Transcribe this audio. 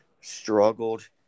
struggled